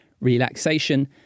relaxation